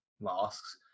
masks